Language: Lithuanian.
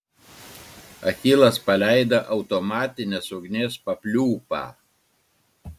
achilas paleido automatinės ugnies papliūpą